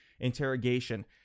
interrogation